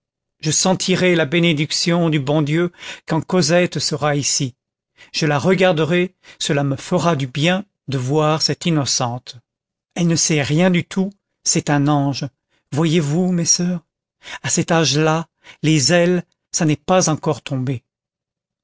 je sentirai la bénédiction du bon dieu quand cosette sera ici je la regarderai cela me fera du bien de voir cette innocente elle ne sait rien du tout c'est un ange voyez-vous mes soeurs à cet âge-là les ailes ça n'est pas encore tombé